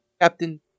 Captain